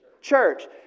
Church